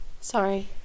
Sorry